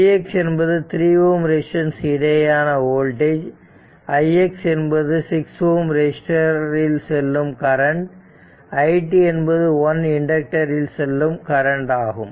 vx என்பது 3 Ω resistance இடையேயான voltage ix என்பது 6 Ω ரெசிஸ்டர் இல் செல்லும் கரண்ட் it என்பது 1H இண்டக்டர் இல் செல்லும் கரண்ட் ஆகும்